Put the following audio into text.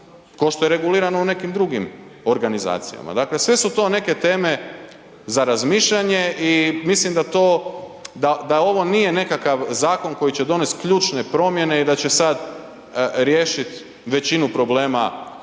kao što je regulirano u nekim drugim organizacijama, dakle sve su to neke teme za razmišljanje i mislim da to, da ovo nije nekakav zakon koji će donest ključne promjene i da će sad riješit većinu problema s